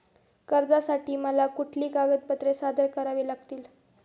कर्जासाठी मला कुठली कागदपत्रे सादर करावी लागतील?